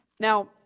Now